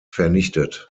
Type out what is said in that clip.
vernichtet